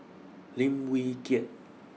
Lim Wee Kiak